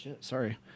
sorry